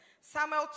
Samuel